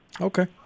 Okay